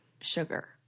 sugar